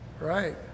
Right